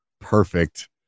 perfect